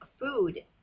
food